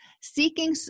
seeking